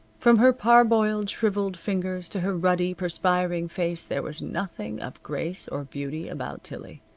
from her parboiled, shriveled fingers to her ruddy, perspiring face there was nothing of grace or beauty about tillie.